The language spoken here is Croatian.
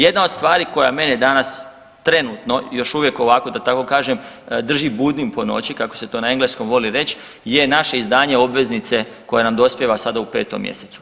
Jedna od stvari koja mene danas trenutno još uvijek ovako da tako kažem drži budnim po noći kako se to na engleskom voli reći je naše izdanje obveznice koja nam dospijeva sada u petom mjesecu.